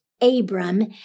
Abram